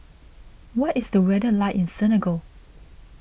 what is the weather like in Senegal